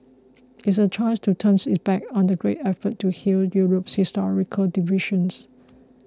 it's a choice to turn its back on the great effort to heal Europe's historical divisions